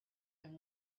and